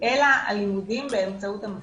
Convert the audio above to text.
אלא לימודים באמצעות מחשב?